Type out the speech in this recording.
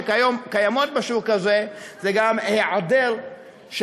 שכיום קיימות בשוק הזה זה גם מחסור של